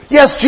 Yes